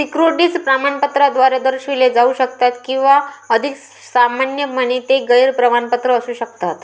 securities प्रमाणपत्राद्वारे दर्शविले जाऊ शकतात किंवा अधिक सामान्यपणे, ते गैर प्रमाणपत्र असू शकतात